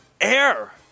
air